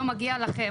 לא מגיע לכם,